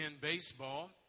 baseball